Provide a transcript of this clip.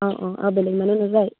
অঁ অঁ আৰু বেলেগ মানুহ নাযায়